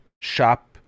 shop